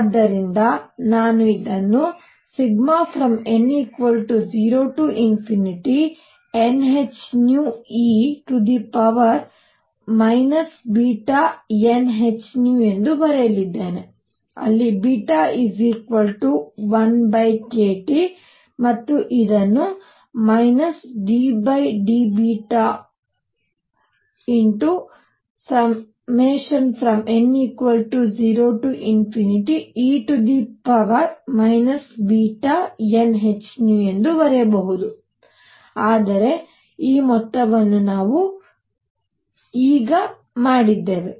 ಆದ್ದರಿಂದ ನಾನು ಇದನ್ನುn0nhνe βnhν ಎಂದು ಬರೆಯಲಿದ್ದೇನೆ ಅಲ್ಲಿ β 1kT ಮತ್ತು ಇದನ್ನು ddβn0e βnhν ಎಂದು ಬರೆಯಬಹುದು ಆದರೆ ಈ ಮೊತ್ತವನ್ನು ನಾವು ಈಗ ಮಾಡಿದ್ದೇವೆ